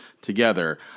together –